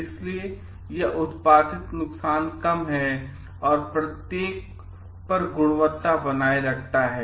इसलिए यह उत्पादित नुकसान कम है और इसमें से प्रत्येक पर गुणवत्ता बनाए रखा है